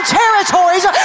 territories